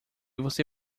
você